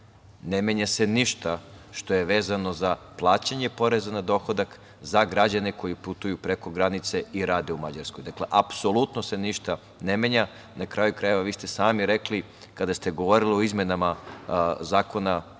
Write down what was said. Ne menja se ništa što je vezano za plaćanje poreza na dohodak za građane koji putuju preko granice i rade u Mađarkoj. Dakle, apsolutno se ništa ne menja. Na kraju krajeva, vi ste sami rekli, kada ste govorili o izmenama Zakona